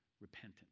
repentance